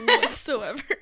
whatsoever